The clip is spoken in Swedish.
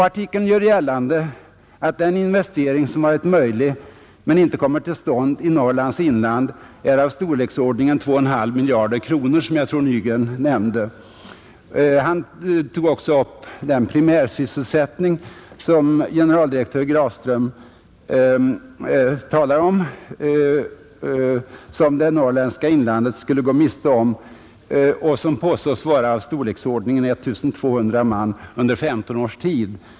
Artikeln gör gällande att den investering som varit möjlig men inte kommer till stånd i Norrlands inland är av storleksordningen 2,5 miljarder kronor, vilket jag tror att herr Nygren nämnde. Han tog också upp den primärsysselsättning som generaldirektör Grafström talar om och som det norrländska inlandet skulle ha gått miste om. Den påstås vara av storleksordningen 1 200 man under 15 års tid.